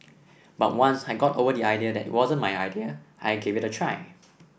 but once I got over the idea that it wasn't my idea I gave it a try